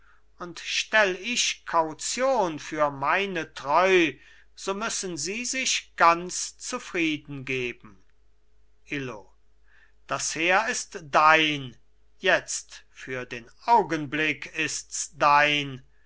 und stell ich kaution für meine treu so müssen sie sich ganz zufriedengeben illo das heer ist dein jetzt für den augenblick ists dein